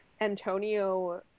antonio